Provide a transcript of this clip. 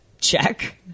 Check